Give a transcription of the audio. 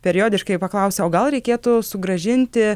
periodiškai paklausia o gal reikėtų sugrąžinti